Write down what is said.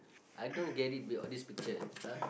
I don't get it on this picture !huh!